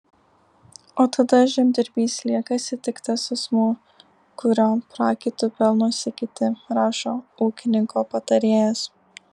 o tada žemdirbys liekasi tik tas asmuo kurio prakaitu pelnosi kiti rašo ūkininko patarėjas